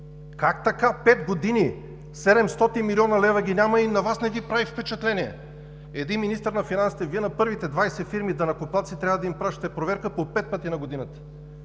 Как така пет години 700 млн. лв. ги няма и на Вас не Ви прави впечатление? Един министър на финансите! Вие на първите 20 фирми-данъкоплатци трябва да им пращате проверка по пет пъти на годината!